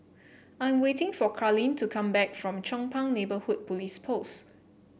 I'm waiting for Karlene to come back from Chong Pang Neighbourhood Police Post